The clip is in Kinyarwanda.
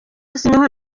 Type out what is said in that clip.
yasinyweho